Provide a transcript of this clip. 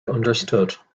understood